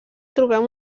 trobem